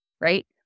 right